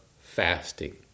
fasting